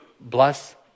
bless